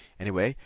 anyway,